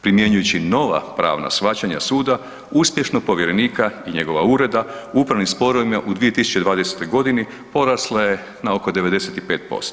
Primjenjujući nova pravna shvaćanja suda uspješnost povjerenika i njegova ureda u upravnim sporovima u 2020.g. porasla je na oko 95%